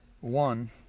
one